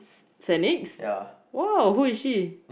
saint nick's !wow! who is she